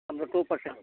ನಮ್ಮದು two percent